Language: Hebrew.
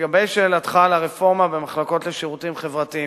לגבי שאלתך על הרפורמה במחלקות לשירותים חברתיים,